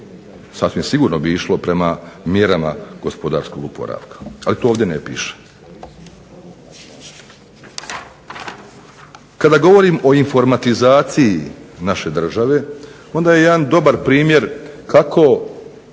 sasvim sigurno bi išlo prema mjerama gospodarskog oporavka, ali to ovdje ne piše. Kada govorim o informatizaciji naše države onda je jedan dobar primjer kako